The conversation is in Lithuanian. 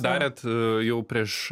darėt jau prieš